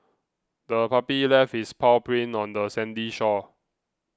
the puppy left its paw prints on the sandy shore